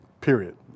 period